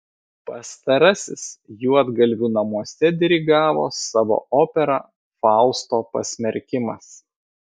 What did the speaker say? pastarasis juodgalvių namuose dirigavo savo operą fausto pasmerkimas